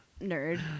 Nerd